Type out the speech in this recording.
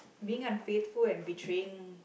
being unfaithful and betraying